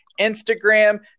Instagram